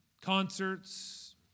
Concerts